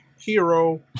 hero